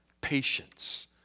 patience